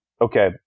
okay